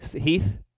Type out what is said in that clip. Heath